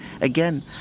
again